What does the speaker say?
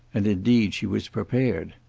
and indeed she was prepared.